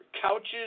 couches